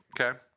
Okay